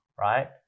Right